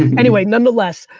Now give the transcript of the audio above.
anyway, nonetheless,